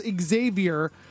Xavier